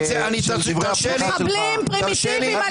מחבלים פרימיטיביים,